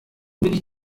wenig